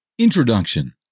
introduction